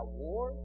war